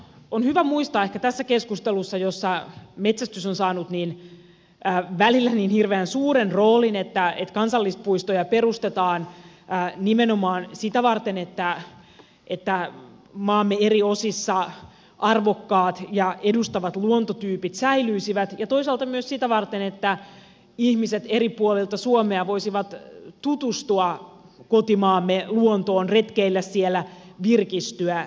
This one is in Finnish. on hyvä muistaa tässä keskustelussa jossa metsästys on saanut välillä niin hirveän suuren roolin että kansallispuistoja perustetaan nimenomaan sitä varten että maamme eri osissa arvokkaat ja edustavat luontotyypit säilyisivät ja toisaalta myös sitä varten että ihmiset eri puolilta suomea voisivat tutustua kotimaamme luontoon retkeillä siellä virkistyä siellä